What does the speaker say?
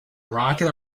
rocket